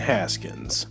Haskins